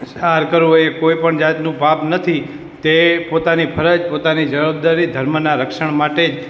સંહાર કરવો એ કોઈ પણ જાતનું પાપ નથી તે પોતાની ફરજ પોતાની જવાબદારી ધર્મના રક્ષણ માટે જ